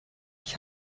ich